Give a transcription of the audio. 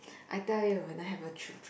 I tell you when I have a children